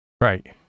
Right